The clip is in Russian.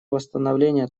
восстановления